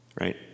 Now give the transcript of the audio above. right